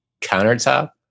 countertop